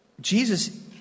Jesus